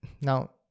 Now